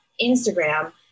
Instagram